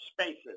spaces